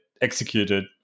executed